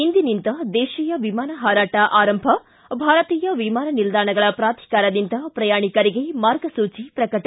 ಇಂದಿನಿಂದ ದೇಶೀಯ ವಿಮಾನ ಹಾರಾಟ ಆರಂಭ ಭಾರತೀಯ ವಿಮಾನ ನಿಲ್ಲಾಣಗಳ ಪ್ರಾಧಿಕಾರದಿಂದ ಪ್ರಯಾಣಿಕರಿಗೆ ಮಾರ್ಗಸೂಚೆ ಪ್ರಕಟ